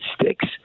sticks